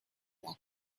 that